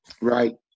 Right